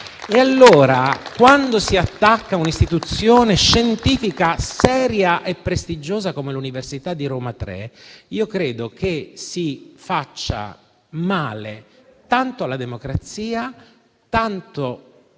E allora, quando si attacca un'istituzione scientifica seria e prestigiosa come l'Università di Roma Tre, io credo che si faccia male tanto alla democrazia quanto